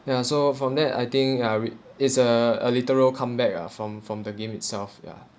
ya so from that I think I re~ is uh a literal comeback ah from from the game itself ya